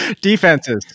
Defenses